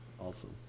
Awesome